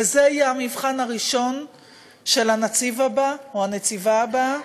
וזה יהיה המבחן הראשון של הנציב הבא או הנציבה הבאה,